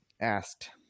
asked